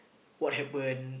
what happened